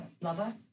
lover